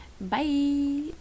Bye